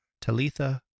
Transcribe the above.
Talitha